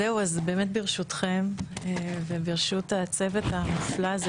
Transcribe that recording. ברשותכם וברשות הצוות המופלא הזה